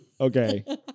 okay